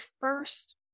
first